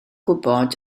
gwybod